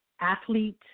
athlete